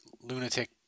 lunatic